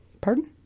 Pardon